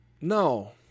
No